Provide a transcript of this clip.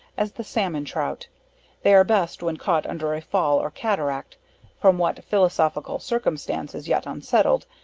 as the salmon trout they are best when caught under a fall or cateract from what philosophical circumstance is yet unsettled,